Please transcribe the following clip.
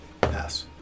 Pass